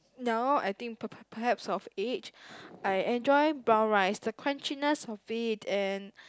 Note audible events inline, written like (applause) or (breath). now I think per~ per~ perhaps of age (breath) I enjoy brown rice the crunchiness of it and